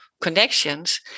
connections